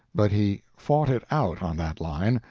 but he fought it out on that line,